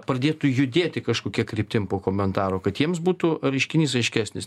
pradėtų judėti kažkokia kryptim po komentaro kad jiems būtų reiškinys aiškesnis